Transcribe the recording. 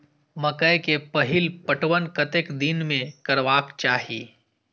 मकेय के पहिल पटवन कतेक दिन में करबाक चाही?